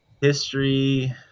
history